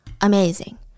Amazing